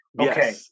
Okay